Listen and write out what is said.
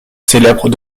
célèbres